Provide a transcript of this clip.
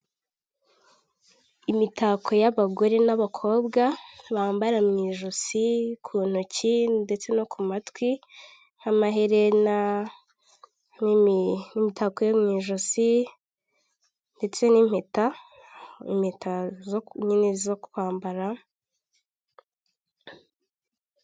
Imitako y'abagore n'abakobwa bambara mu ijosi, ku ntoki, ndetse no ku matwi, nk'amaherena n'imitako yo mu ijosi, ndetse n'impeta, impeta nyine zo kwambara,